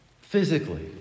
physically